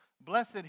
blessed